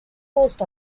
post